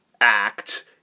act